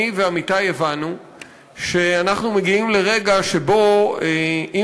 אני ועמיתי הבנו שאנחנו מגיעים לרגע שבו אם